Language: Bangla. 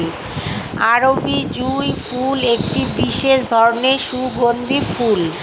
আরবি জুঁই ফুল একটি বিশেষ ধরনের সুগন্ধি ফুল